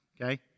Okay